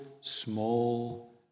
small